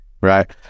Right